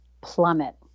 plummet